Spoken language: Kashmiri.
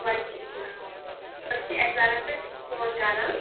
وعلیکم سلام أسۍ چھِ ایس آرم پیٹھ فون کَران